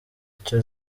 icyo